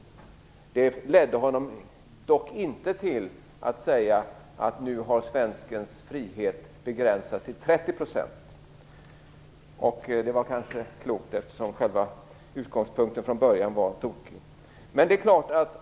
Men det föranledde honom inte till att säga att svenskens frihet hade begränsats till 30 %. Det var kanske klokt, eftersom själva utgångspunkten från början var tokig.